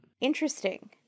Interesting